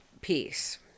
piece